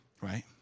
right